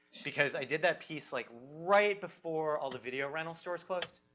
because i did that piece like right before all the video rental stores closed?